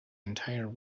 entire